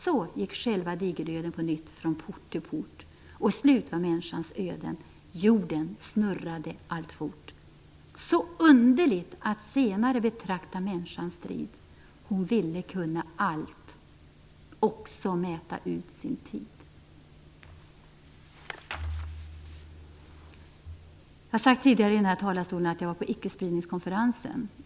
Så gick själva digerdöden på nytt från port till port och slut var mänskans öden, jorden snurrade alltfort. Så underligt att senare betrakta mänskans strid. Hon ville kunna allt, också mäta ut sin tid. Jag har sagt tidigare i den här talarstolen att jag var på icke-spridningskonferensen.